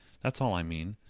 that's all i mean.